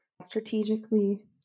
strategically